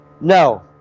No